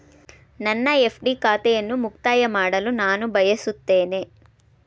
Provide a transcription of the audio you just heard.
ನನ್ನ ಎಫ್.ಡಿ ಖಾತೆಯನ್ನು ಮುಕ್ತಾಯ ಮಾಡಲು ನಾನು ಬಯಸುತ್ತೇನೆ